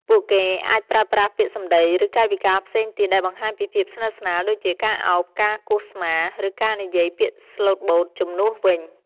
ពួកគេអាចប្រើប្រាស់ពាក្យសម្ដី ឬកាយវិការផ្សេងទៀតដែលបង្ហាញពីភាពស្និទ្ធស្នាល ដូចជាការឱប ការគោះស្មា ឬការនិយាយពាក្យស្លូតបូតជំនួសវិញ។